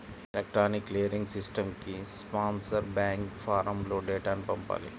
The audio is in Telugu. ఎలక్ట్రానిక్ క్లియరింగ్ సిస్టమ్కి స్పాన్సర్ బ్యాంక్ ఫారమ్లో డేటాను పంపాలి